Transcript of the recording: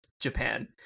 japan